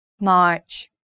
March